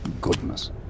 goodness